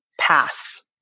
pass